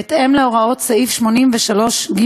בהתאם להוראות סעיף 83(ג)